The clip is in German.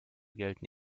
gelten